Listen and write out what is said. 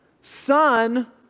Son